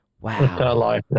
wow